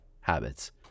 habits